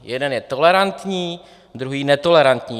Jeden je tolerantní, druhý netolerantní.